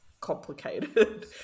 complicated